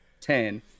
Ten